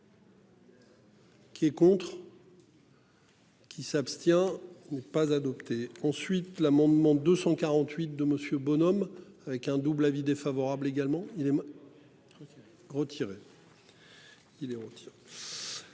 Qui est contre. Qui s'abstient ou pas. Adopté ensuite l'amendement 248 de Monsieur bonhomme avec un double avis défavorable également il est mort.